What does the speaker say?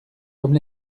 comme